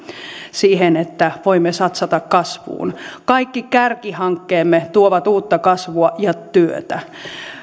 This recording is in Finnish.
siihen että voimme satsata kasvuun kaikki kärkihankkeemme tuovat uutta kasvua ja työtä